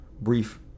brief